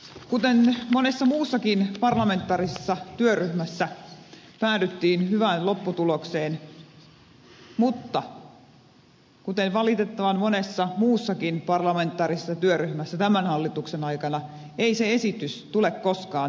kuten monessa muussakin parlamentaarisessa työryhmässä päädyttiin hyvään lopputulokseen mutta kuten valitettavan monessa muussakin parlamentaarisessa työryhmässä tämän hallituksen aikana ei se esitys tule koskaan tähän saliin